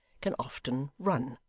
can often run.